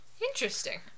Interesting